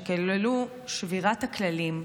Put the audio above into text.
שכללו את שבירת הכללים,